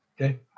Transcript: Okay